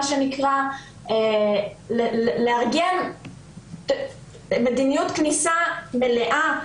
לארגן מדיניות כניסה מלאה,